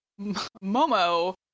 Momo